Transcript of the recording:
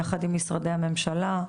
יחד עם משרדי הממשלה.